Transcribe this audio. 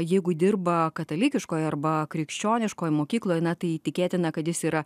jeigu dirba katalikiškoj arba krikščioniškoj mokykloj na tai įtikėtina kad jis yra